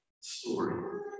story